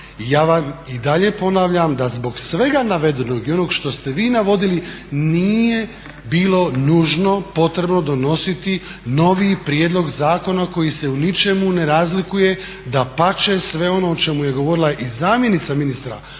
i dalje ponavljam da zbog svega navedenog i onog što ste vi navodili nije bilo nužno potrebno donositi novi prijedlog zakona koji se u ničemu ne razlikuje, dapače sve ono o čemu je govorila i zamjenica ministra,